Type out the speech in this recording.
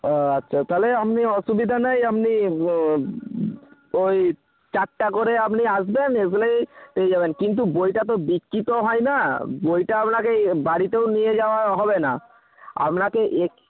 ও আচ্ছা তাহলে আপনি অসুবিধা নেই আপনি ওই চারটে করে আপনি আসবেন আসলেই পেয়ে যাবেন কিন্তু বইটা তো বিক্রি তো হয় না বইটা আপনাকে এ বাড়িতেও নিয়ে যাওয়া হবে না আপনাকে